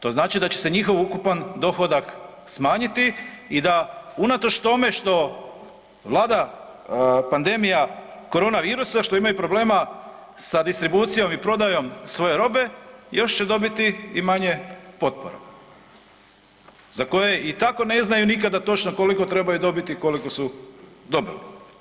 To znači da će se njihov ukupan dohodak smanjiti i da unatoč tome što vlada pandemija koronavirusa, što imaju problema sa distribucijom i prodajom svoje robe, još će dobiti i manje potpora, za koje i tako ne znaju nikada točno koliko trebaju dobiti i koliko su dobili.